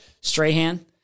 Strahan